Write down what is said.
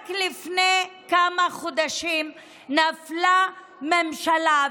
רק לפני כמה חודשים נפלה ממשלה,